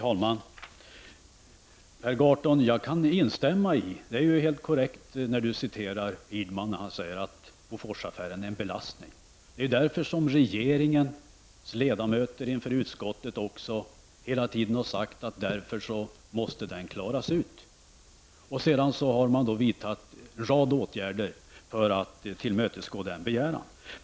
Herr talman! Per Gahrton återgav helt korrekt det Hirdman sade, och jag kan instämma i det, att Bofors-affären är en belastning. Det är därför som regeringens ledamöter inför utskottet hela tiden har sagt att den affären måste klaras ut. Sedan har man vidtagit en rad åtgärder för att tillmötesgå denna begäran.